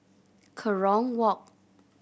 Kerong Walk